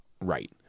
Right